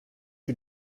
you